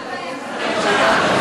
מה הבעיה של הממשלה?